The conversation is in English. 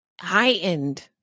heightened